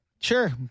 Sure